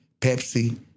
Pepsi